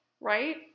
right